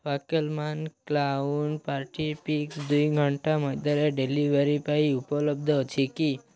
ଫାକେଲମାନ clown party picks ଦୁଇ ଘଣ୍ଟା ମଧ୍ୟରେ ଡେଲିଭେରି ପାଇଁ ଉପଲବ୍ଧ ଅଛି କି